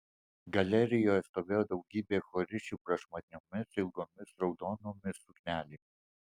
galerijoje stovėjo daugybė chorisčių prašmatniomis ilgomis raudonomis suknelėmis